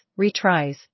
retries